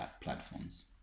platforms